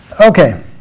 Okay